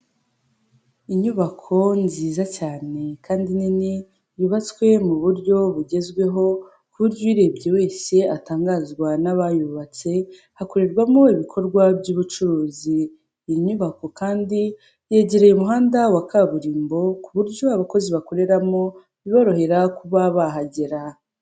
Inyubako nziza cyane kandi nini yubatswe mu buryo bugezweho ku buryo uyirebye wese atangazwa n'abayubatse, hakorerwamo ibikorwa by'ubucuruzi. Iyi nyubako kandi yegereye umuhanda wa kaburimbo ku buryo abakozi bakoreramo biborohera kuba bahagera.